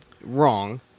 wrong